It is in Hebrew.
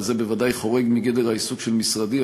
וזה בוודאי חורג מגדר העיסוק של משרדי,